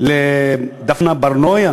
לדפנה ברנאי,